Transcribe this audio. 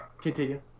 continue